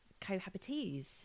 cohabitees